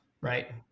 right